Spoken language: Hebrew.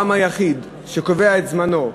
העם היחיד שקובע את זמנו,